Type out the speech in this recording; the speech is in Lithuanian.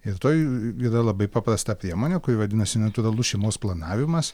ir toj yra labai paprasta priemonė kuri vadinasi natūralus šeimos planavimas